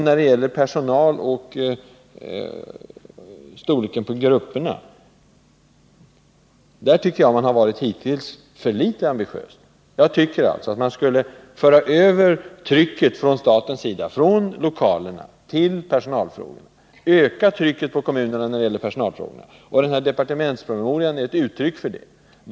När det gäller personal och storleken på grupperna tycker jag att man hittills har krävt för lite från staten. Jag menar att trycket från statens sida skulle föras över från lokalerna till personalfrågorna. Man skulle alltså öka trycket på kommunerna beträffande personalfrågorna. Departementspromemorian är ett uttryck för detta.